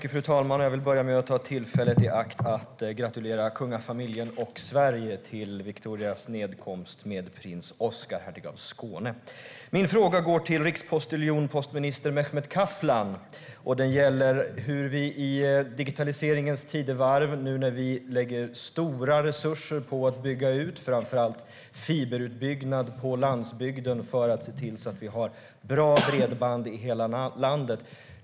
Fru talman! Jag vill börja med att ta tillfället i akt och gratulera kungafamiljen och Sverige till Victorias nedkomst med prins Oscar, hertig av Skåne. Min fråga går till rikspostiljon och postminister Mehmet Kaplan. Den gäller att vi nu i digitaliseringens tidevarv lägger stora resurser på att bygga ut framför allt fibernätet på landsbygden för att se till att vi har bra bredband i hela landet.